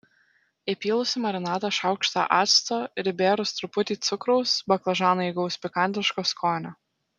įpylus į marinatą šaukštą acto ir įbėrus truputį cukraus baklažanai įgaus pikantiško skonio